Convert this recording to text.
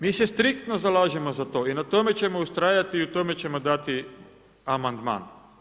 Mi se striktno zalažemo za to i na tome ćemo ustrajati i tome ćemo dati amandman.